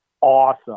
awesome